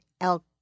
Elk